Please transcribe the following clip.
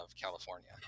California